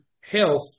Health